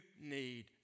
need